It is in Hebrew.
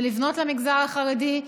לבנות למגזר החרדי,